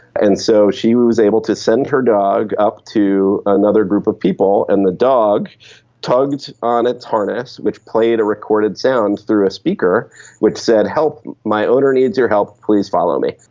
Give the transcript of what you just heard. and so she was able to send her dog up to another group of people, and the dog tugged on its harness which played a recorded sound through a speaker which said, help, my owner needs your help, please follow me.